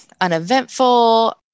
uneventful